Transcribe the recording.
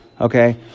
Okay